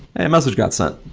a message got sent.